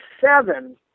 seven